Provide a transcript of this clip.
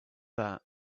that